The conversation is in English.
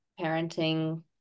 parenting